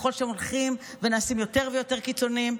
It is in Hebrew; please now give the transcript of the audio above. ככל שאתם הולכים ונעשים יותר ויותר קיצוניים,